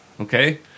okay